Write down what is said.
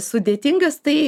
sudėtingas tai